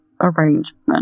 arrangement